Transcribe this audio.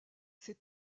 ces